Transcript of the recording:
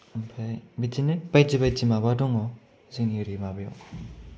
ओमफाय बिदिनो बायदि बायदि माबा दङ जोंनि ओरै माबायाव